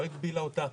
לא הגבילה אותה.